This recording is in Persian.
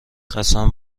قسم